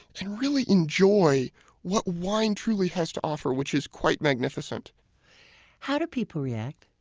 and really enjoy what wine truly has to offer, which is quite magnificent how do people react?